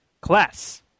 Class